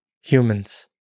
humans